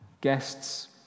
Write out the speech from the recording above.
guests